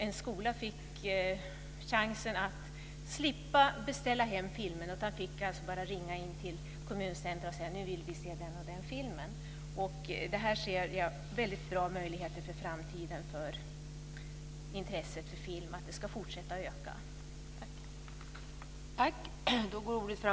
En skola fick chansen att slippa beställa hem filmerna, utan kunde bara ringa in till kommuncentrumet och säga: Nu vill vi se den eller den filmen! Jag ser bra möjligheter inför framtiden för intresset för film - det kommer att fortsätta att öka.